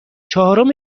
چهارم